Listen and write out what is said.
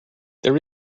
there